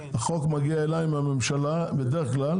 החוק מגיע אליי מהממשלה בדרך כלל.